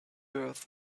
earth